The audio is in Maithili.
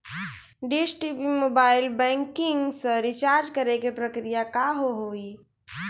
डिश टी.वी मोबाइल बैंकिंग से रिचार्ज करे के प्रक्रिया का हाव हई?